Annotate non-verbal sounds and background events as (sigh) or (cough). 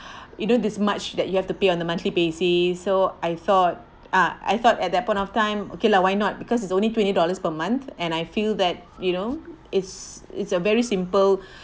you know this much that you have to pay on a monthly basis so I thought ah I thought at that point of time okay lah why not because it's only twenty dollars per month and I feel that you know it's it's a very simple (breath)